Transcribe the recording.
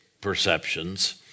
perceptions